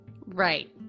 right